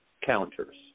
counters